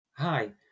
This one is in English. Hi